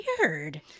weird